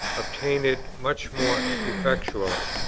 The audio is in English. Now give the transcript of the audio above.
obtain it much more effectually.